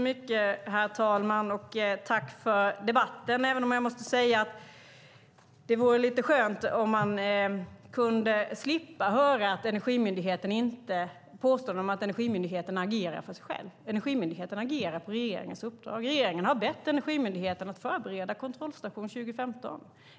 Herr talman! Tack för debatten, även om jag måste säga att det vore skönt om man kunde slippa höra påståendet att Energimyndigheten agerar för sig själv. Energimyndigheten agerar på regeringens uppdrag. Regeringen har bett Energimyndigheten att förbereda kontrollstation 2015.